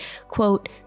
quote